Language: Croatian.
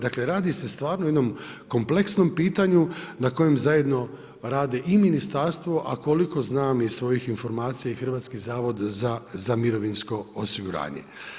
Dakle, radi se stvarno o jednom kompleksnom pitanju na kojem zajedno rade i Ministarstvo, a koliko znam iz svojih informacija i Hrvatski zavod za mirovinsko osiguranje.